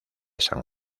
san